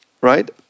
right